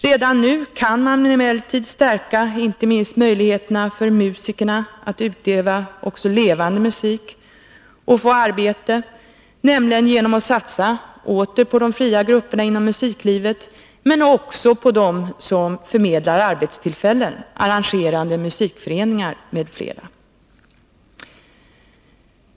Redan nu kan man emellertid stärka inte minst möjligheterna för musikerna att utöva också levande musik och få arbete, nämligen genom att satsa på de fria grupperna inom musiklivet men också på dem som förmedlar arbetstillfällen, t.ex. arrangerande musikföreningar.